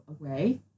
away